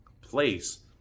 place